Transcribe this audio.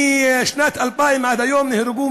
משנת 2000 עד היום נהרגו,